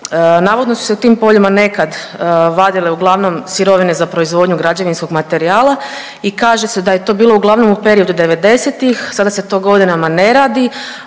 Navodno su se u tim poljima nekad vadile uglavnom sirovine za proizvodnju građevinskog materijala i kaže se da je to uglavnom u periodu 90-ih, sada se to godinama ne radi,